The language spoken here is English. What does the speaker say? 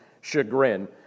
chagrin